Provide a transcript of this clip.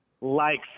likes